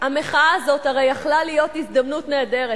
המחאה הזאת הרי יכולה היתה להיות הזדמנות נהדרת.